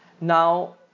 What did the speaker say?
Now